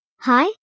Hi